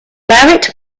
barrett